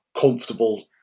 comfortable